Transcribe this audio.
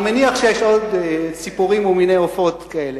אני מניח שיש עוד ציפורים ומיני עופות כאלה.